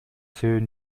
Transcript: себебин